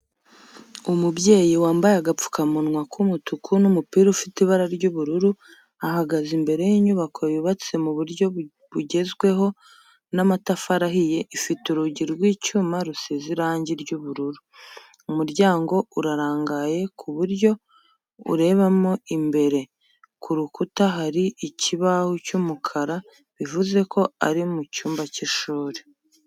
Umubyeyi wambaye agapfukamunwa k'umutuku n'umupira ufite ibara ry'ubururu ahagaze imbere y'inyubako yubatse mu buryo bugezweho n'amatafari ahiye ifite urugi rw'icyuma rusize irangi ry'ubururu, umuryango urarangaye ku buryo urebamo imbere, ku rukuta hari ikibaho cy'umukara bivuze ko ari mu cyumba cy'ishuri.